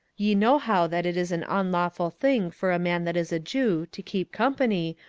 ye know how that it is an unlawful thing for a man that is a jew to keep company,